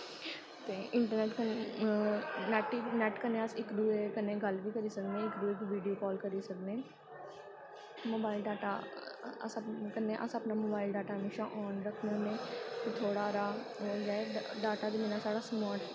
ते इंट्रनैट कन्नै नैट कन्नै अस इक दूए कन्नै गल्ल बी करी सकने इक दूए गी वीडियो काल करी सकने मोबाइल डाटा अस अपना कन्नै अस अपना मोबाइल डाटा हमेशा आन रक्खने होन्ने थोह्ड़ा हारा ओह् होई जाए डाटा बी जिसलै साढ़ा स्मार्ट